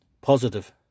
positive